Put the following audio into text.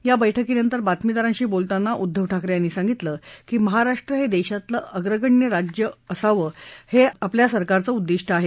या बैठकीनंतर बातमीदारांशी बोलताना उद्दव ठाकरे यांनी सांगितलं की महाराष्ट्र हे देशातले अप्रगण्य राज्य असावं हे आपल्या सरकारचं उद्दिष्ट आहे